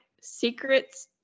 secrets